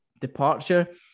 departure